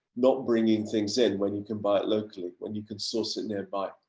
not bringing things in when you can buy locally, when you can so sit nearby,